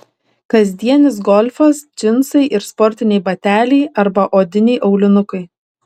kasdienis golfas džinsai ir sportiniai bateliai arba odiniai aulinukai